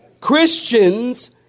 Christians